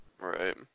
Right